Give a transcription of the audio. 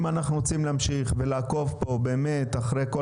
אם אנחנו רוצים להמשיך ולעקוב פה באמת אחרי כל